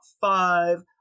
five